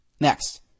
Next